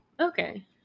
Okay